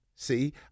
See